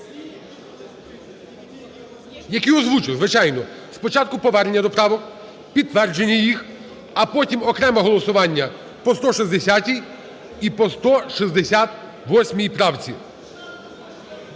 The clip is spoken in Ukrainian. які озвучили, звичайно. Спочатку повернення до правок, підтвердження їх, а потім окреме голосування по 160 і по 168 правці.